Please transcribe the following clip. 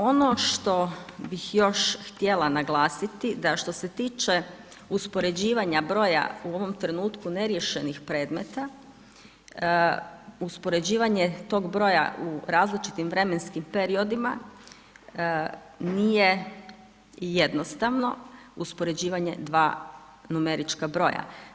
Ono što bih još htjela naglasiti, da što se tiče uspoređivanje broja, u ovom trenutku neriješenih predmeta, uspoređivanja tog broja u različitim vremenskim periodima, nije jednostavno uspoređivanja 2 numerička broja.